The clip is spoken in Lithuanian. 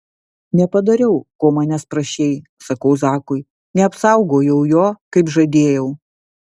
nepadariau ko manęs prašei sakau zakui neapsaugojau jo kaip žadėjau